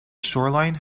shoreline